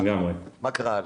מה קרה הלאה?